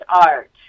art